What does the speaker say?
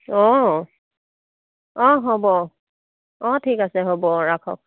অঁ অঁ হ'ব অঁ অঁ ঠিক আছে হ'ব অঁ ৰাখক